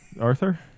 Arthur